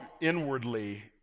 inwardly